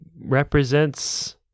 represents